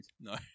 No